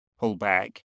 pullback